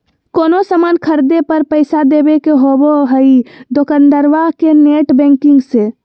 कोनो सामान खर्दे पर पैसा देबे के होबो हइ दोकंदारबा के नेट बैंकिंग से